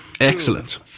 Excellent